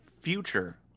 future